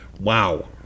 Wow